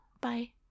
Bye